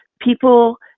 people